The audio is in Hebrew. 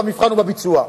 והמבחן הוא בביצוע.